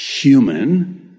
human